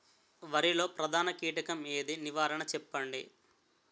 వరిలో ప్రధాన కీటకం ఏది? నివారణ చెప్పండి?